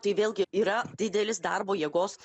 tai vėlgi yra didelis darbo jėgos